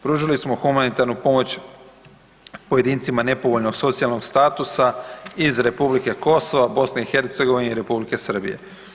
Pružili smo humanitarnu pomoć pojedincima nepovoljnog socijalnog statusa iz Republike Kosova, BiH i Republike Srbije.